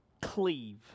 cleave